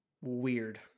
Weird